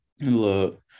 Look